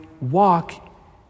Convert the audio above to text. walk